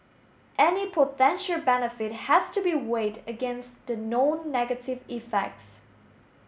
any potential benefit has to be weighed against the known negative effects